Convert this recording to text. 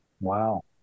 Wow